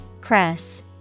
Cress